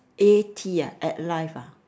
A T ah at life ah